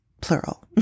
plural